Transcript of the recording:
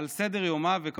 על סדר-יומה, וכמובן,